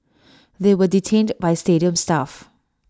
they were detained by stadium staff